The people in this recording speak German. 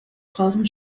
brauchen